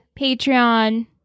Patreon